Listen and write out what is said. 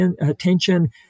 attention